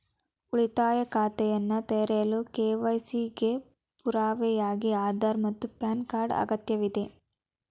ಉಳಿತಾಯ ಖಾತೆಯನ್ನು ತೆರೆಯಲು ಕೆ.ವೈ.ಸಿ ಗೆ ಪುರಾವೆಯಾಗಿ ಆಧಾರ್ ಮತ್ತು ಪ್ಯಾನ್ ಕಾರ್ಡ್ ಅಗತ್ಯವಿದೆ